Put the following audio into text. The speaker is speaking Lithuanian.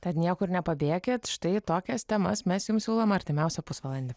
tad niekur nepabėkit štai tokias temas mes jums siūlom artimiausią pusvalandį